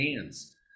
hands